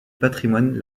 patrimoine